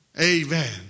Amen